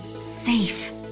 safe